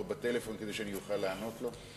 לדבר בטלפון כדי שאני אוכל לענות לו.